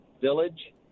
village